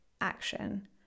action